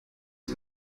ist